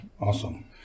Awesome